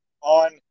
on